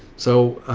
so,